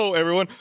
so everyone,